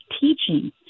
teaching